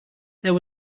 there